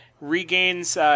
regains